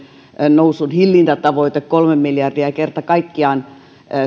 nousun hillinnän tavoite kolme miljardia ei kerta kaikkiaan